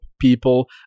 people